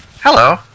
Hello